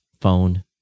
phone